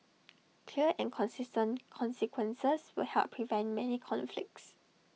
clear and consistent consequences will help prevent many conflicts